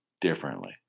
differently